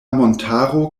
montaro